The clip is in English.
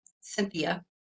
Cynthia